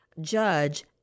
Judge